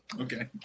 okay